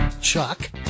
chuck